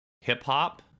hip-hop